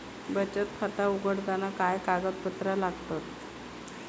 बचत खाता उघडताना काय कागदपत्रा लागतत?